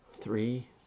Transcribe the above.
Three